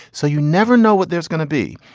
so you never know what there's gonna be.